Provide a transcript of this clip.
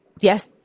yes